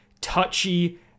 touchy